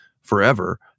forever